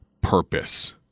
purpose